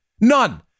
None